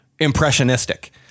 impressionistic